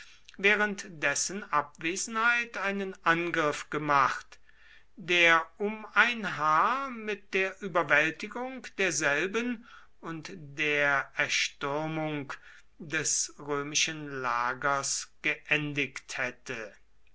während dessen abwesenheit einen angriff gemacht der um ein haar mit der überwältigung derselben und der erstürmung des römischen lagers geendigt hätte